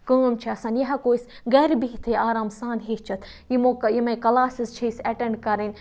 کٲم چھےٚ آسان یہِ ہٮ۪کو أسۍ گَرِ بِہتھٕے آرام سان ہیٚچھِتھ یِمو یِمَے کَلاسِز چھِ أسۍ اٮ۪ٹٮ۪نٛڈ کَرٕنۍ